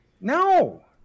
No